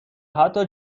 حتی